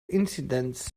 incidents